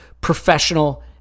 professional